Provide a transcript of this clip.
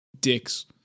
dicks